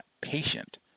patient